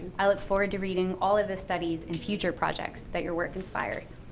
i look forward to reading all of the studies and future projects that your work inspires.